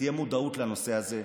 ותהיה מודעות לנושא הזה,